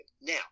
Now